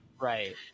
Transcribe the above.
Right